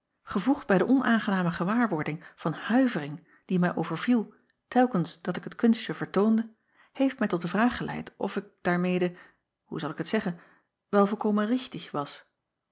gevoegd bij de onaangename gewaarwording van huivering die mij overviel telkens dat ik het kunstje vertoonde heeft mij tot de vraag geleid of het daarmede hoe zal ik het zeggen wel volkomen richtig was